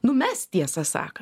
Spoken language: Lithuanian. numes tiesą sakant